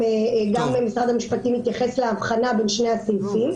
גם משרד המשפטים התייחס להבחנה בין הסעיפים.